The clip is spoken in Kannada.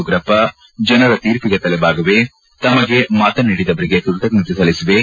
ಉಗ್ರಪ್ಪ ಜನರ ತೀರ್ಪಿಗೆ ತಲೆಬಾಗುವೆ ತಮಗೆ ಮತ ನೀಡಿದವರಿಗೆ ಕೃತಜ್ಞತೆ ಸಲ್ಲಿಸುವೆ